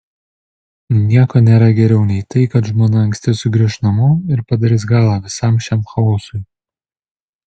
nieko nėra geriau nei tai kad žmona anksti sugrįš namo ir padarys galą visam šiam chaosui